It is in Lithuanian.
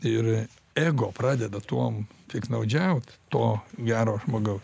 ir ego pradeda tuom piktnaudžiaut to gero žmogaus